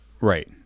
Right